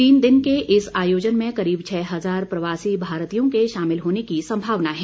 तीन दिन के इस आयोजन में करीब छह हजार प्रवासी भारतीयों के शामिल होने की संभावना है